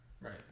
right